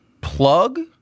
plug